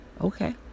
Okay